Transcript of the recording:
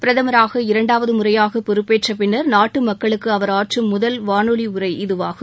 பிரதமராக இரண்டாவது முறையாக பொறுப்பேற்ற பின்னர் நாட்டு மக்களுக்கு அவர் ஆற்றும் முதல் வானொலி உரை இதுவாகும்